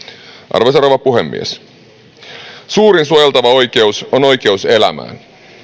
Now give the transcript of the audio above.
arvoisa rouva puhemies suurin suojeltava oikeus on oikeus elämään